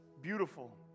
Beautiful